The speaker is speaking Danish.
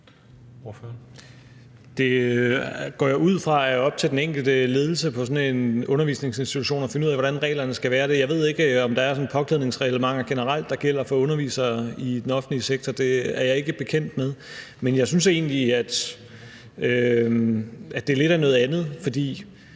Det går jeg ud fra er op til den enkelte ledelse på sådan en undervisningsinstitution at finde ud af, altså hvordan reglerne skal være der. Jeg ved ikke, om der er sådan et påklædningsreglement generelt, der gælder for undervisere i den offentlige sektor. Det er jeg ikke bekendt med. Men jeg synes egentlig, at det lidt er noget andet, fordi